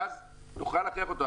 ואז תוכל להכריח אותו.